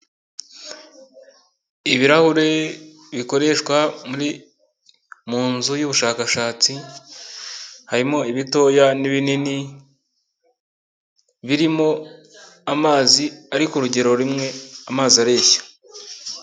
Ibirahuri bikoreshwa muri, mu nzu y'ubushakashatsi. Harimo ibitoya n'ibinini, birimo, amazi ari ku rugero rumwe, amazi areshya.